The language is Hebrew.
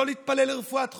לא להתפלל לרפואת חולים,